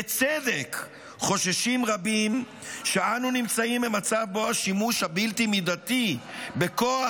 בצדק חוששים רבים שאנו נמצאים במצב שבו השימוש הבלתי-מידתי בכוח